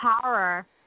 power